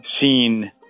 seen